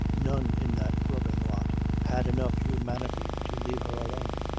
none in that grubbing lot had enough humanity to leave her alone.